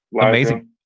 Amazing